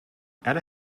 ada